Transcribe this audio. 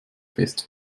fest